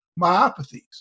myopathies